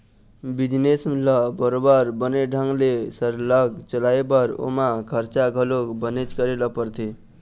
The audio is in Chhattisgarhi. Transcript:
बिजनेस ल बरोबर बने ढंग ले सरलग चलाय बर ओमा खरचा घलो बनेच करे ल परथे